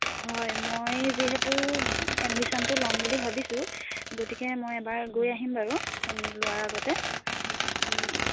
হয় মই যিহেতু এডমিশ্যনটো ল'ম বুলি ভাবিছোঁ গতিকে মই এবাৰ গৈ আহিম বাৰু লোৱাৰ আগতে